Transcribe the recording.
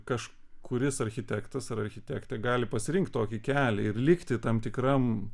kažkuris architektas ar architektė gali pasirinkt tokį kelią ir likti tam tikram